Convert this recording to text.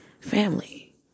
family